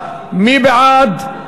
מי בעד,